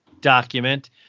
document